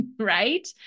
Right